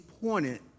pointed